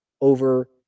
over